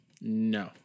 No